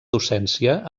docència